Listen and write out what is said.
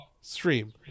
stream